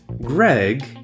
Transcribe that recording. Greg